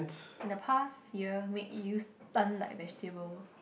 in the past year make you stunt like vegetable